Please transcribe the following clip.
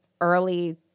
early